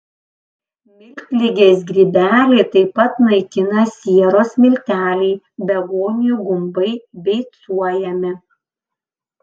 miltligės grybelį taip pat naikina sieros milteliai begonijų gumbai beicuojami